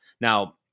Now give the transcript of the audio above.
Now